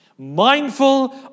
mindful